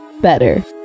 better